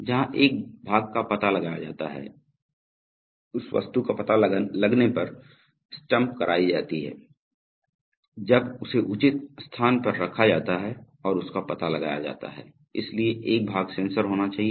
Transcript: जहां एक भाग का पता लगाया जाता है उस वस्तु का पता लगने पर स्टम्प लगाई जाती है जब उसे उचित स्थान पर रखा जाता है और उसका पता लगाया जाता है इसलिए एक भाग सेंसर होना चाहिए